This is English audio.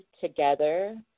together